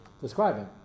describing